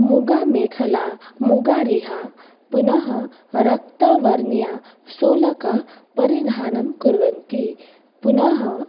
मूगामेखला मूगारिहा पुनः रक्तवर्णीयासोलकपरिधानं कुर्वन्ति पुनः